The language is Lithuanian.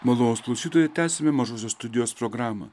malonūs klausytojai tęsiame mažosios studijos programą